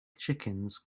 chickens